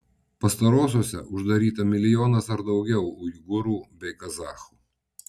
pastarosiose uždaryta milijonas ar daugiau uigūrų bei kazachų